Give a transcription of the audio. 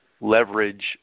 leverage